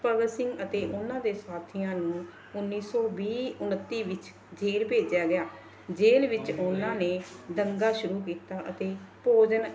ਭਗਤ ਸਿੰਘ ਅਤੇ ਉਨ੍ਹਾਂ ਦੇ ਸਾਥੀਆਂ ਨੂੰ ਉੱਨੀ ਸੌ ਵੀਹ ਉਨੱਤੀ ਵਿੱਚ ਜੇਲ ਭੇਜਿਆ ਗਿਆ ਜੇਲ ਵਿੱਚ ਉਹਨਾਂ ਨੇ ਦੰਗਾ ਸ਼ੁਰੂ ਕੀਤਾ ਅਤੇ ਭੋਜਨ